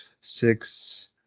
six